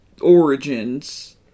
Origins